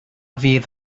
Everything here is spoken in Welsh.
fydd